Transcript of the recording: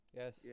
yes